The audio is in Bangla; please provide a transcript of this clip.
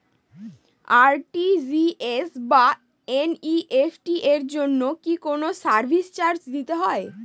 আর.টি.জি.এস বা এন.ই.এফ.টি এর জন্য কি কোনো সার্ভিস চার্জ দিতে হয়?